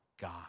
God